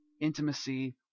intimacy